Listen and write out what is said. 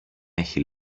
έχει